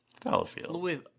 Fallowfield